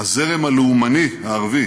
הזרם הלאומני הערבי